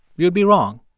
you'd be wrong.